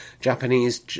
Japanese